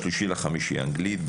ב-30.5 אנגלית,